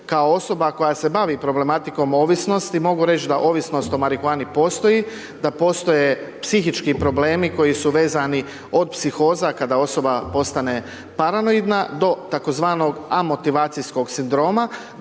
Kao osoba koja se bavi problematikom ovisnosti, mogu reć da ovisnost o marihuani postoji, da postoje psihički problemi koji su vezani od psihoza, kada osoba postane paranoidna, do tzv. amotivacijskog sindroma.